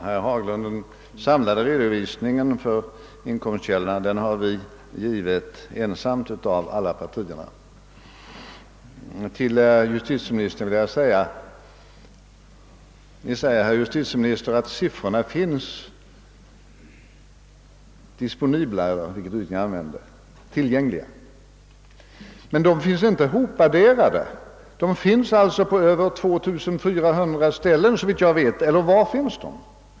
Herr talman! En samlad redovisning av inkomstkällorna är vi, herr Haglund, det enda parti som givit. Justitieministern säger att siffrorna finns tillgängliga, eller vilket uttryck han nu använde. Men siffrorna är inte hopadderade. De finns alltså på över 2 400 ställen. Eller var finns de?